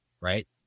right